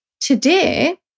today